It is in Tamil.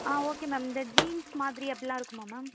ஆ ஓகே மேம் இந்த ஜீன்ஸ் மாதிரி அப்படிலாம் இருக்குமா மேம்